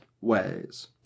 ways